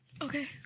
Okay